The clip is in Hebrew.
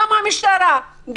גם המשטרה,